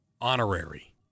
honorary